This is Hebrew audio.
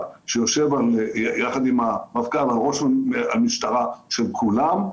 שיושב עם המפכ"ל או ראש המשטרה של כולם,